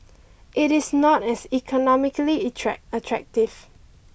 it is not as economically attractive